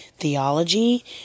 theology